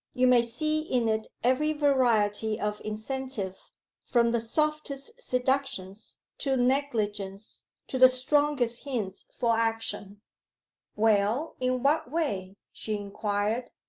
you may see in it every variety of incentive from the softest seductions to negligence to the strongest hints for action well, in what way she inquired.